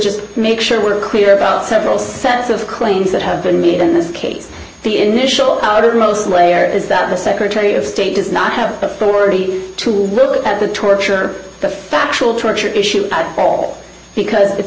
just make sure we're clear about several sets of claims that have been made in this case the initial outermost layer is that the secretary of state does not have authority to look at the torture the factual torture issue at all because it